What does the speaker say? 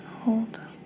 Hold